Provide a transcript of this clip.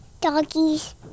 doggies